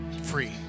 free